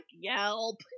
Yelp